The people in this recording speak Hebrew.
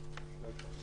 הצבעה לא אושרה.